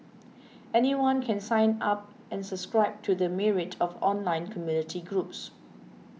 anyone can sign up and subscribe to the myriad of online community groups